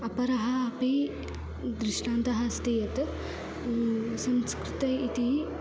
अपरः अपि दृष्टान्तः अस्ति यत् संस्कृतम् इति